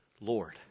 Lord